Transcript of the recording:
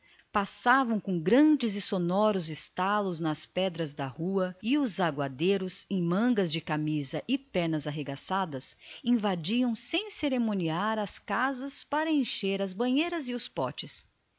passavam ruidosamente a todo o instante abalando os prédios e os aguadeiros em mangas de camisa e pernas arregaçadas invadiam sem cerimônia as casas para encher as banheiras e os potes